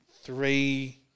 three